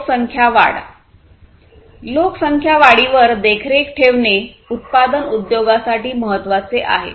लोकसंख्या वाढ लोकसंख्या वाढी वर देख्ररेख ठेवणे उत्पादन उद्योगासाठी महत्वाचे आहे